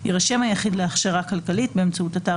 יירשם היחיד להכשרה הכלכלית באמצעות אתר